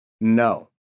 No